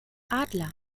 adler